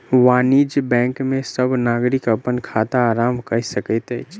वाणिज्य बैंक में सब नागरिक अपन खाता आरम्भ कय सकैत अछि